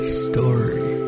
story